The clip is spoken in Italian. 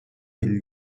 del